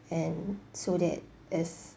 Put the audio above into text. and so that if